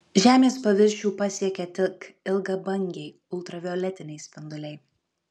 žemės paviršių pasiekia tik ilgabangiai ultravioletiniai spinduliai